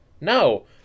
No